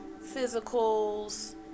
physicals